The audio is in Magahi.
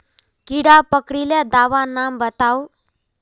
कीड़ा पकरिले दाबा नाम बाताउ?